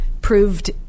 proved